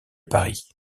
paris